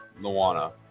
Luana